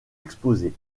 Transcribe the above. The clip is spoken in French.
exposés